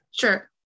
Sure